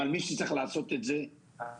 אבל מי שצריך לעשות את זה הוא הממשלה.